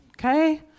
okay